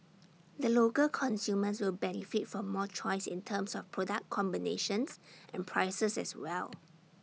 the local consumers will benefit from more choice in terms of product combinations and prices as well